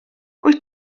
wyt